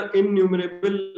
innumerable